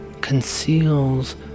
conceals